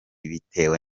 bitewe